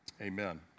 Amen